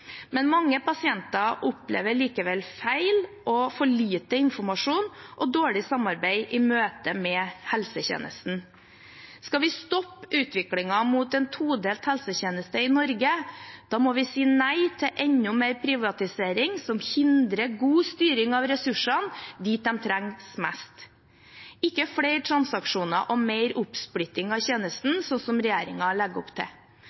men mange pasienter opplever likevel feil, for lite informasjon og dårlig samarbeid i møte med helsetjenesten. Skal vi stoppe utviklingen mot en todelt helsetjeneste i Norge, må vi si nei til enda mer privatisering som hindrer god styring av ressursene dit de trengs mest, ikke flere transaksjoner og mer oppsplitting av tjenesten, sånn som regjeringen legger opp til.